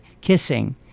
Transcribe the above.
kissing